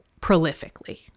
prolifically